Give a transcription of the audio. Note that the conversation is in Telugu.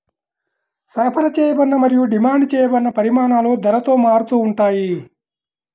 సరఫరా చేయబడిన మరియు డిమాండ్ చేయబడిన పరిమాణాలు ధరతో మారుతూ ఉంటాయి